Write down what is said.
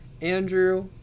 Andrew